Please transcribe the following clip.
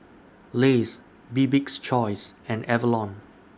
Lays Bibik's Choice and Avalon